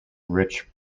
rich